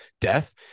death